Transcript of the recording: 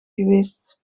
geweest